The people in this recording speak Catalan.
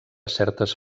certes